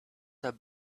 have